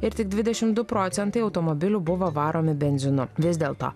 ir tik dvidešim du procentai automobilių buvo varomi benzinu vis dėlto